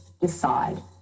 decide